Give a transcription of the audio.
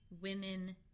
women